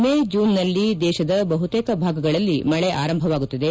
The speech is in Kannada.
ಮೇ ಜೂನ್ನಲ್ಲಿ ದೇಶದ ಬಹುತೇಕ ಭಾಗಗಳಲ್ಲಿ ಮಳೆ ಆರಂಭವಾಗುತ್ತದೆ